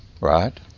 Right